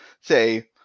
say